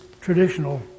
traditional